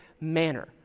manner